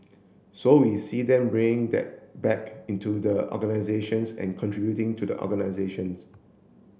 so we see them bringing that back into the organisations and contributing to the organisations